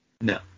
No